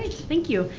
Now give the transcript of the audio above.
thank you.